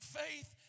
faith